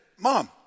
mom